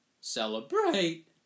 celebrate